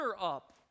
up